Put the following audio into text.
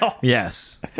yes